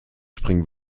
springen